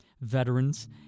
Veterans